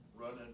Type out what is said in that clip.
running